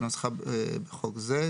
כנוסחה בחוק זה,